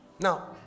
Now